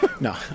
no